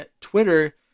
Twitter